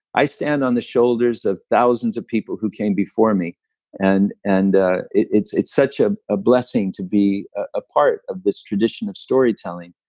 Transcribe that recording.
i stand on the shoulders of thousands of people who came before me and and it's it's such ah a blessing to be a part of this tradition of storytelling.